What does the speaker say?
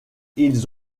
ils